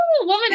Woman